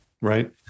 right